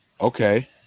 Okay